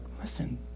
listen